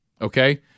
Okay